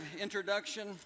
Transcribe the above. introduction